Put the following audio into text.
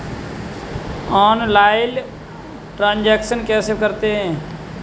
Online transaction कैसे करते हैं?